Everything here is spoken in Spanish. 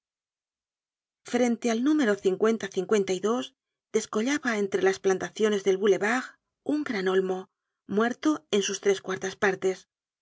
frente al número descollaba entre las plantaciones del boulevard un gran olmo muerto en sus tres cuartas partes